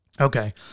Okay